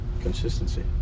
Consistency